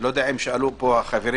משלוחים אפשר מכל מקום.